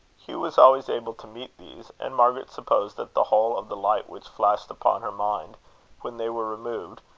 hugh was always able to meet these, and margaret supposed that the whole of the light which flashed upon her mind when they were removed,